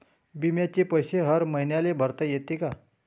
बिम्याचे पैसे हर मईन्याले भरता येते का?